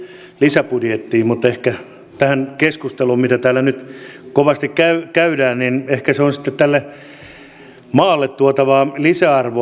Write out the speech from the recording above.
en tiedä kuinka se liittyy lisäbudjettiin mutta ehkä tähän keskusteluun mitä täällä nyt kovasti käydään se on sitten tälle maalle tuotavaa lisäarvoa